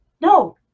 No